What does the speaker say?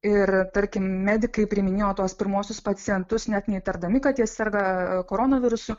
ir tarkim medikai priiminėjo tuos pirmuosius pacientus net neįtardami kad jie serga koronavirusu